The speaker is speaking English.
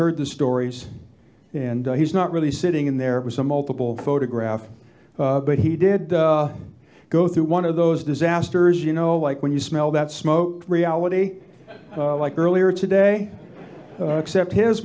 heard the stories and he's not really sitting in there was a multiple photograph but he did go through one of those disasters you know when you smell that smoke reality like earlier today except his